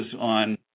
on